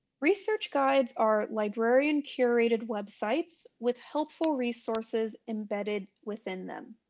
research guides are librarian curated websites with helpful resources embedded within them.